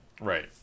Right